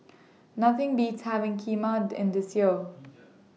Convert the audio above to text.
Nothing Beats having Kheema in This Year